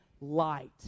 light